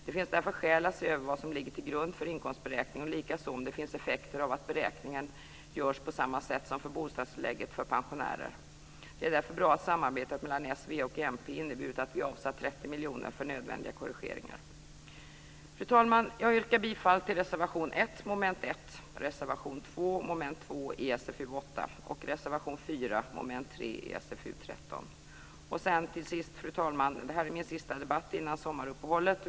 Det finns därför skäl att se över vad som ligger till grund för inkomstberäkningen och likaså vilka effekter det blir om beräkningen görs på samma sätt som för bostadstillägget för pensionärerna. Det är därför bra att samarbetet mellan s, v och mp inneburit att vi avsatt Fru talman! Jag yrkar bifall till reservation 1 under mom. 1, reservation 2 under mom. 2 i SfU8 och reservation 4 under mom. 3 i SfU13. Fru talman! Detta är min sista debatt innan sommaruppehållet.